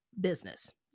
business